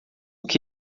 que